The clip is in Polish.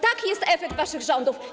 Taki jest efekt waszych rządów.